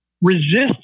resist